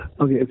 Okay